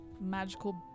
magical